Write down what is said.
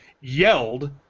yelled